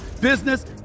business